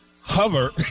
hover